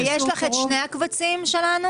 יש לך את שני הקבצים שלנו?